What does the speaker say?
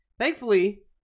Thankfully